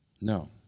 No